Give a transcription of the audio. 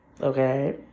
Okay